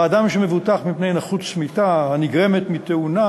שבה אדם שמבוטח מפני נכות צמיתה הנגרמת מתאונה